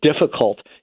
difficult